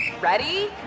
Ready